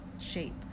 shape